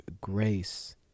grace